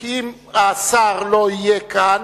כי אם השר לא יהיה כאן,